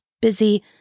busy